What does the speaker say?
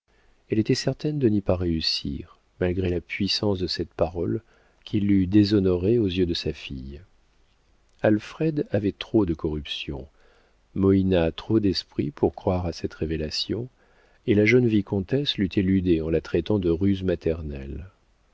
elle était certaine de n'y pas réussir malgré la puissance de cette parole qui l'eût déshonorée aux yeux de sa fille alfred avait trop de corruption moïna trop d'esprit pour croire à cette révélation et la jeune vicomtesse l'eût éludée en la traitant de ruse maternelle